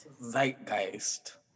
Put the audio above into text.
Zeitgeist